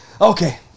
Okay